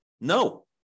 No